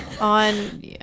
on